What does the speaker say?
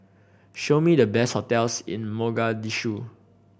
show me the best hotels in Mogadishu